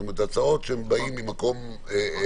זאת אומרת, אלה הצעות שבאות ממקום אחר.